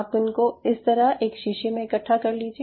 आप इनको इस तरह एक शीशी में इकट्ठा कर लीजिए